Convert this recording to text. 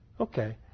Okay